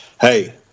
hey